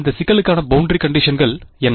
இந்த சிக்கலுக்கான பௌண்டரி கண்டிஷன்கல் என்ன